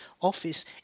Office